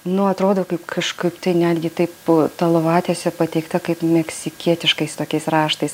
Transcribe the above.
nu atrodo kaip kažkaip tai netgi taip ta lovatiesė pateikta kaip meksikietiškais tokiais raštais